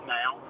now